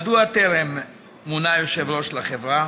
1. מדוע טרם מונה יושב-ראש לחברה?